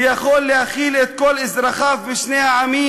ויכול להכיל את כל אזרחיו משני העמים.